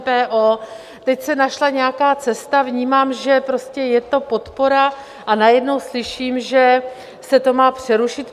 Teď se našla nějaká cesta, vnímám, že je to podpora, a najednou slyším, že se to má přerušit.